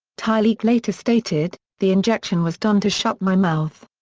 tylik later stated, the injection was done to shut my mouth.